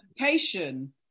education